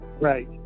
Right